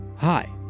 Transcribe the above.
Hi